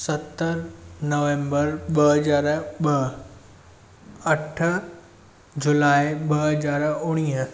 सत नवंबर ॿ हजार ॿ अठ जूलाई ॿ हजार उणवीह